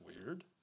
weird